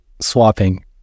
swapping